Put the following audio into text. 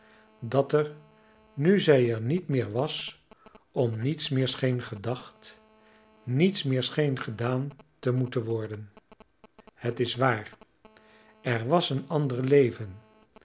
dat er nu zij er niet meer was om niets meer scheen gedacht niets meer scheen gedaan te moeten worden het is waar er was een ander leven een leven